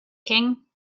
king